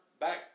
back